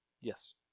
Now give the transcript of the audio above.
Yes